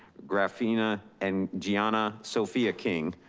graffina, and giana sophia king.